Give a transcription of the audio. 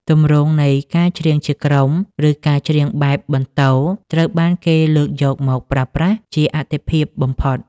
ទម្រង់នៃការច្រៀងជាក្រុម ឬការច្រៀងបែបបន្ទរ ត្រូវបានគេលើកយកមកប្រើប្រាស់ជាអាទិភាពបំផុត។